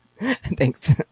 Thanks